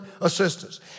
assistance